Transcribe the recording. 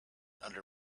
under